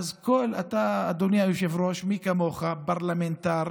אדוני היושב-ראש, מי כמוך פרלמנטר